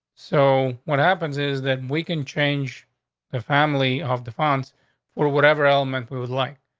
so what happens is that we can change the family off the fonts for whatever element we would like.